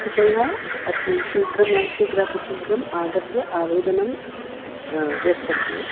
कृपया अति शीघ्रं शीघ्रातिशीघ्रम् आगत्य आवेदनं यच्छन्तु